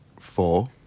four